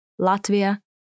Latvia